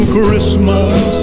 Christmas